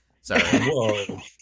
sorry